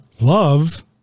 Love